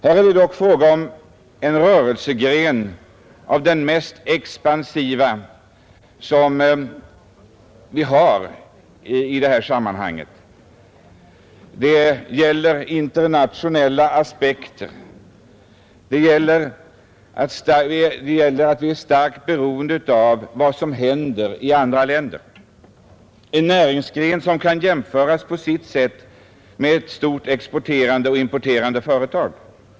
Här är det dock fråga om en rörelsegren av den mest expansiva art som vi har. Det gäller internationella aspekter. Vi är starkt beroende av vad som händer i andra länder. Det är fråga om en näringsgren som på sitt sätt kan jämföras med ett stort exporterande och importerande företag.